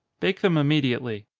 bake them immediately.